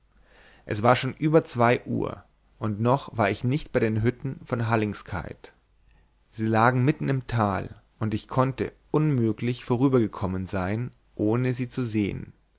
es war schon über zwei uhr und noch war ich nicht bei den hütten von hallingskeid sie lagen mitten im tal und ich konnte unmöglich vorübergekommen sein ohne sie zu sehen